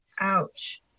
Ouch